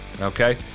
okay